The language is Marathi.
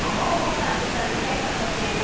हो हो चालते चालते काही हरकत नाही ना